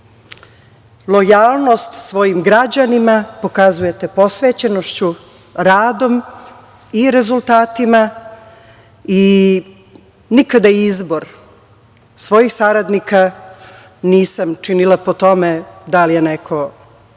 lojalnost svojim građanima pokazujete posvećenošću, radom i rezultatima i nikada izbor svojih saradnika, nisam činila po tome da li je neko